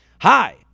Hi